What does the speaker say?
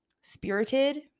spirited